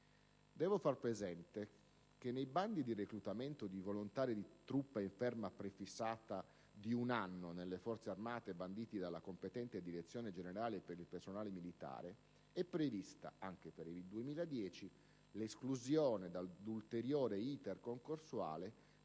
Devo far presente, tuttavia, che nei bandi di reclutamento di volontari di truppa in ferma prefissata di un anno nelle Forze armate, banditi dalla competente Direzione generale per il personale militare, è prevista, anche per il 2010, l'esclusione dall'ulteriore *iter* concorsuale